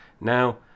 Now